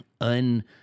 un